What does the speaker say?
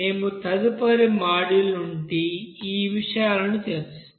మేము తదుపరి మాడ్యూల్ నుండి ఆ విషయాలను చర్చిస్తాము